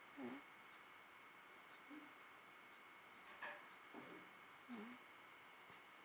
mm mm